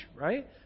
right